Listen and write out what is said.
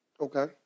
Okay